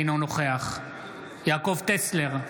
אינו נוכח יעקב טסלר,